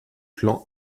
clan